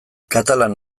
katalan